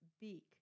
beak